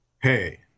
hey